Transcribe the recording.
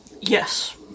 Yes